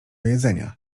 jedzenia